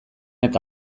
eta